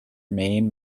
maine